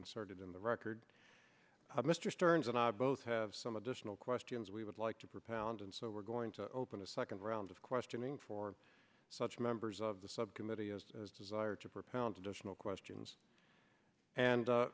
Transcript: inserted in the record mr stearns and i both have some additional questions we would like to propound and so we're going to open a second round of questioning for such members of the subcommittee as desired to propound additional questions and